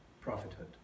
prophethood